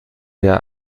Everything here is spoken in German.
der